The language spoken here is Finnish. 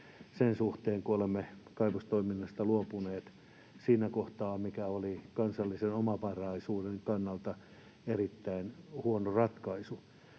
sen suhteen, kun olemme kaivostoiminnasta luopuneet siinä kohtaa, mikä oli kansallisen omavaraisuuden kannalta erittäin huono ratkaisu,